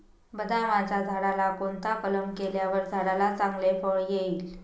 बदामाच्या झाडाला कोणता कलम केल्यावर झाडाला चांगले फळ येईल?